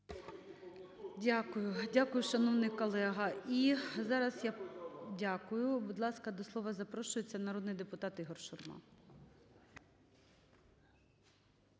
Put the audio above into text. дякую, шановний колега. І зараз… Дякую. Будь ласка, до слова запрошується народний депутат Ігор Шурма.